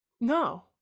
no